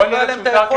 ולא הייתה להם היכולת,